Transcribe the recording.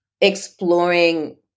exploring